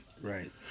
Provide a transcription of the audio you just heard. Right